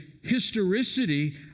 historicity